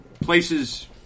places